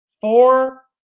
four